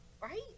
right